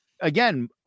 Again